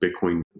Bitcoin